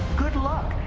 good luck.